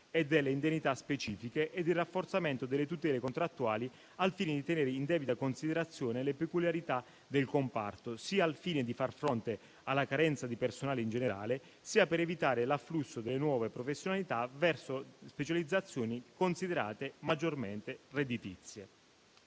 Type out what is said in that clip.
e delle indennità specifiche ed il rafforzamento delle tutele contrattuali, al fine di tenere in debita considerazione le peculiarità del comparto, sia al fine di far fronte alla carenza di personale in generale, sia per evitare l'afflusso delle nuove professionalità verso specializzazioni considerate maggiormente redditizie».